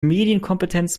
medienkompetenz